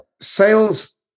sales